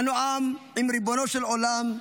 אנו עַם עִם ריבונו של עולם.